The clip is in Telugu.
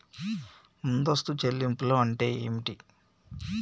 ముందస్తు చెల్లింపులు అంటే ఏమిటి?